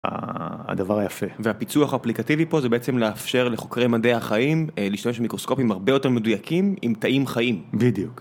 הדבר היפה והפיצוח אפליקטיבי פה זה בעצם לאפשר לחוקרי מדעי החיים להשתמש עם שמיקרוסקופים הרבה יותר מדויקים עם תאים חיים בדיוק.